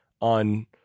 on